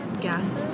Gases